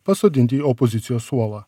pasodinti į opozicijos suolą